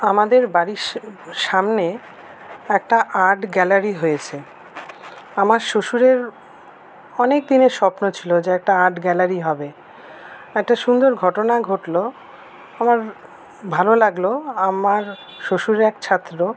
আমাদের বাড়ির স সামনে একটা আর্ট গ্যালারী হয়েছে আমার শ্বশুরের অনেকদিনের স্বপ্ন ছিল যে একটা আর্ট গ্যালারী হবে একটা সুন্দর ঘটনা ঘটলো আমার ভালো লাগলো আমার শ্বশুরের এক ছাত্র